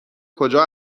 کجا